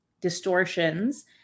distortions